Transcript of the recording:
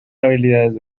habilidades